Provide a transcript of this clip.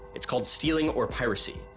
it's called stealing or piracy,